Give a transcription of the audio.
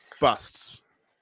busts